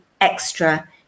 extra